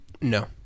No